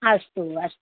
अस्तु अस्तु